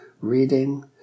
reading